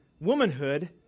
womanhood